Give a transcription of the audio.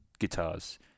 guitars